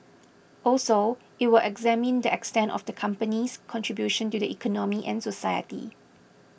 also it will examine the extent of the company's contribution to the economy and society